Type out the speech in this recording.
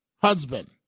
husband